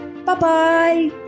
Bye-bye